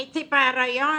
הייתי בהיריון